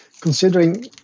considering